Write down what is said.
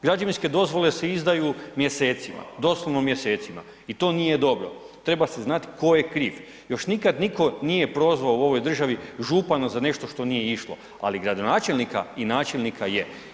Građevinske dozvole se izdaju mjesecima, doslovno mjesecima i to nije dobro treba se znat tko je kriv, još nikad nitko nije prozvao u ovoj državi župana za nešto što nije išlo ali gradonačelnika i načelnika, je.